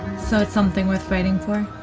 so it's something worth fighting for?